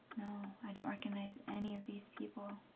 i don't recognize any of these people.